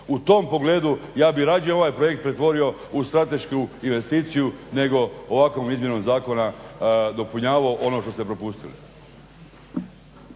U tom pogledu ja bih radije ovaj projekt pretvorio u stratešku investiciju nego ovakvom izmjenom zakona dopunjavao ono što ste propustili.